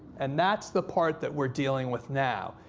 and that's the part that we're dealing with now,